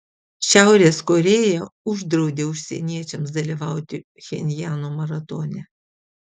šiaurės korėja uždraudė užsieniečiams dalyvauti pchenjano maratone